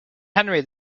henry